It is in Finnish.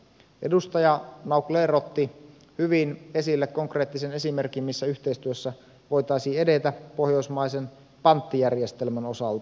edustaja naucler otti hyvin esille konkreettisen esimerkin missä yhteistyössä voitaisiin edetä pohjoismaisen panttijärjestelmän osalta